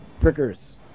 prickers